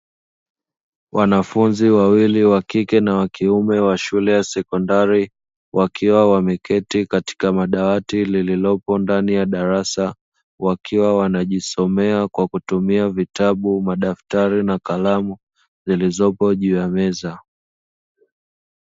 Wanafuzi wawili wakike na wakiume wa shule ya sekondari wakiwa wameketi katika madawati lililopo ndani ya darasa, wakiwa wanajisomea kwa kutumia vitabu, madaftari na kalamu zilizopo juu ya meza.